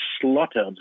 slaughtered